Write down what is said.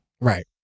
Right